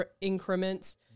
increments